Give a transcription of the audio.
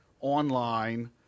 online